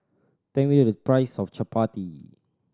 tell me the price of chappati